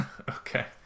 Okay